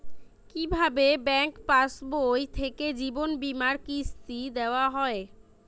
কি ভাবে ব্যাঙ্ক পাশবই থেকে জীবনবীমার কিস্তি দেওয়া হয়?